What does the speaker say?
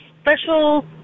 special